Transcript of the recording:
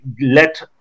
let